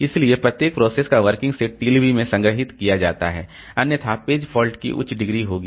इसलिए प्रत्येक प्रोसेस का वर्किंग सेट टीएलबी में संग्रहीत किया जाता है अन्यथा पेज फॉल्ट की उच्च डिग्री होगी